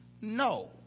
No